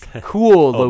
Cool